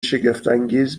شگفتانگیز